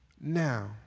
now